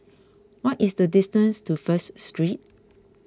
what is the distance to First Street